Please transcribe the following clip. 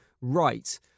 right